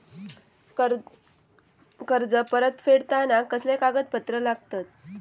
कर्ज परत फेडताना कसले कागदपत्र लागतत?